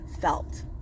felt